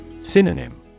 Synonym